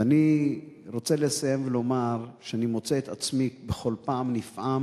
ואני רוצה לסיים ולומר שאני מוצא את עצמי בכל פעם נפעם.